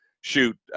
shoot